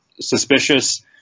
suspicious